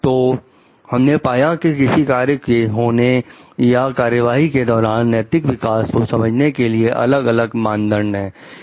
तो हमने पाया कि किसी कार्य के होने या कार्यवाही के दौरान नैतिक विकास को समझने के लिए अलग अलग मानदंड है